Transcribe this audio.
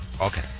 Okay